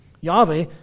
Yahweh